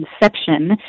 inception